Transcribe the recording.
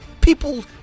people